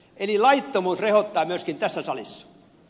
eli laittomuus rehottaa myöskin tässä salissa